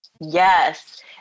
yes